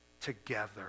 together